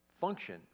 function